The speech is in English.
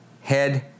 head